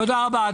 תודה רבה.